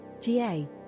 GA